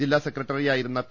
ജില്ലാ സെക്ര ട്ടറിയായിരുന്ന പി